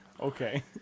Okay